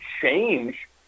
change